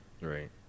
Right